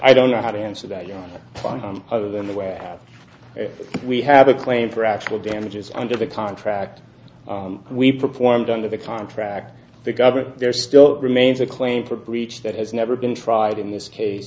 i don't know how to answer that other than the way we have a claim for actual damages under the contract we performed under the contract the government there still remains a claim for breach that has never been tried in this case